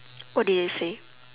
what did they say